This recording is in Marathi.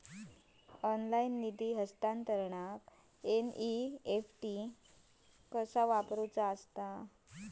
ऑनलाइन निधी हस्तांतरणाक एन.ई.एफ.टी कसा वापरायचा?